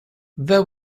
there